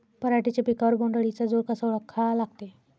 पराटीच्या पिकावर बोण्ड अळीचा जोर कसा ओळखा लागते?